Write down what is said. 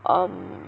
um